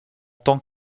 tant